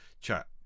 chat